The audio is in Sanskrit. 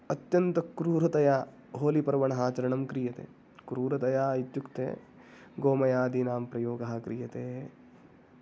अत्यन्तक्रूरतया होलिपर्वणः आचरणं क्रियते क्रूरतया इत्युक्ते गोमयादीनां प्रयोगः क्रियते